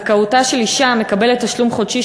זכאותה של אישה המקבלת תשלום חודשי